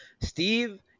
Steve